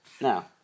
Now